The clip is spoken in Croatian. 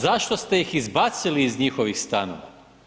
Zašto ste ih izbacili iz njihovih stanova?